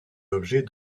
objets